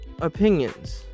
opinions